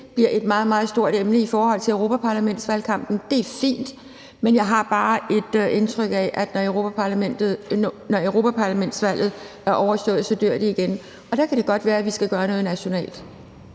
bliver et meget, meget stort emne i forhold til europaparlamentsvalgkampen. Det er fint. Jeg har bare et indtryk af, at når europaparlamentsvalget er overstået, så dør det igen, og der kan det godt være, at vi skal gøre noget nationalt.